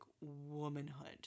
womanhood